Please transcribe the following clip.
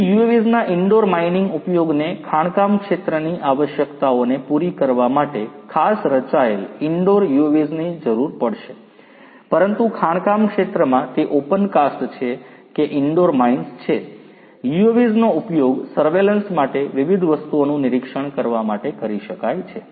તેથી UAVs ના indoor mining ઉપયોગને ખાણકામ ક્ષેત્રની આવશ્યકતાઓને પૂરી કરવા માટે ખાસ રચાયેલ ઇન્ડોર UAVs ની જરૂર પડશે પરંતુ ખાણકામ ક્ષેત્રમાં તે ઓપન કાસ્ટ છે કે ઇન્ડોર માઇન્સ છે UAVs નો ઉપયોગ સર્વેલન્સ માટે વિવિધ વસ્તુઓનું નિરીક્ષણ કરવા માટે કરી શકાય છે